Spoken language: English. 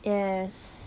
yes